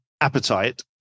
appetite